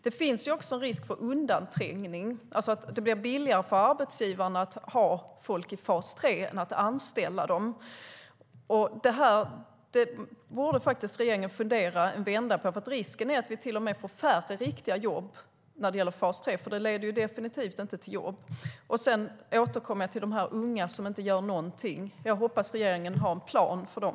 Det finns också en risk för undanträngning, alltså att det blir billigare för arbetsgivaren att ha folk i fas 3 än att anställa dem. Regeringen borde fundera en vända på detta, för risken är att vi får färre riktiga jobb med fas 3. Det leder ju definitivt inte till jobb. Jag återkommer till de unga som inte gör någonting. Jag hoppas att regeringen har en plan för dem.